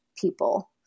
people